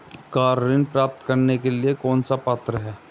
Car ऋण प्राप्त करने के लिए कौन पात्र है?